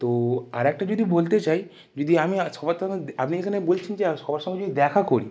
তো আর একটা যদি বলতে চাই যদি আমি আপনি যেখানে বলছেন যে সবার সঙ্গে যদি দেখা করি